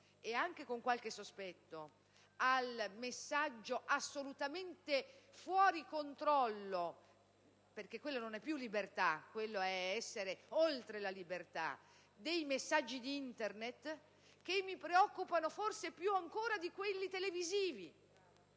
e anche con qualche sospetto, ai messaggi, assolutamente fuori controllo - perché quella non è più libertà, è essere oltre la libertà - di Internet, che mi preoccupano forse più ancora di quelli televisivi,